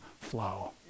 flow